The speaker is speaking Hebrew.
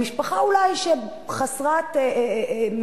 למשפחה שאולי היא חסרת מסוגלות